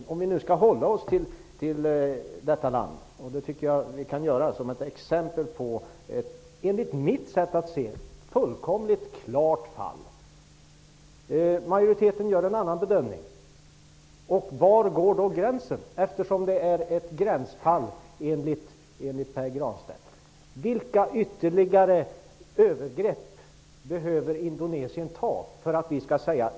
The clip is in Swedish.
Jag tycker att vi kan hålla oss till exemplet Indonesien, för det är ett enligt mitt sätt att se det fullkomligt klart fall. Utskottsmajoriteten gör en annan bedömning. Var går då gränsen? Indonesien är ju enligt Pär Granstedt ett gränsfall. Vilka ytterligare övergrepp behöver man göra i Indonesien för att vi definitivt skall säga nej?